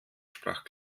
sprach